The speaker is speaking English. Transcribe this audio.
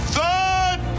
Third